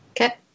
Okay